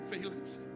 feelings